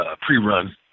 pre-run